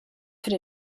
could